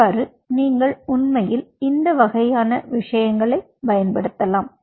இவ்வாறு நீங்கள் உண்மையில் இந்த வகையான விஷயங்களைப் பயன்படுத்தலாம்